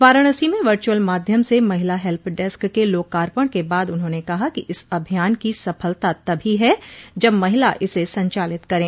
वाराणसी में वर्चुअल माध्यम से महिला हेल्प डेस्क के लोकार्पण के बाद उन्होंने कहा कि इस अभियान की सफलता तभी है जब महिला इसे संचालित करें